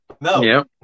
No